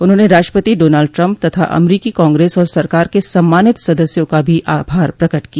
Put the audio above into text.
उन्होंने राष्ट्रपति Donald Trump तथा अमरीकी कांग्रेस और सरकार के सम्मानित सदस्यों का भी आभार प्रकट किया